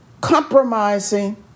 compromising